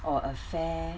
or a fair